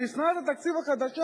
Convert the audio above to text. לשנת התקציב החדשה,